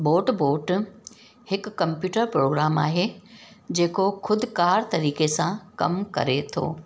boat bot हिकु computer program आहे जेको ख़ुदकार तरीक़े सां कमु करे थो